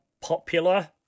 popular